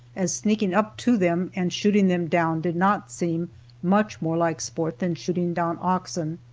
as sneaking up to them and shooting them down did not seem much more like sport than shooting down oxen.